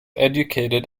educated